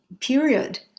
period